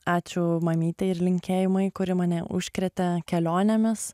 ačiū mamytei ir linkėjimai kuri mane užkrėtė kelionėmis